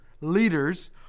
leaders